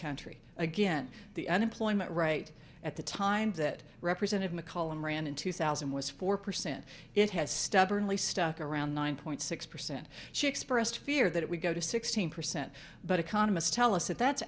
country again the unemployment rate at the time that represented mccollum ran in two thousand was four percent it has stubbornly stuck around nine point six percent she expressed fear that it would go to sixteen percent but economists tell us that that's